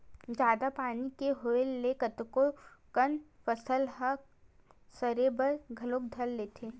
जादा पानी के होय ले कतको कन फसल ह सरे बर घलो धर लेथे